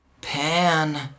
Pan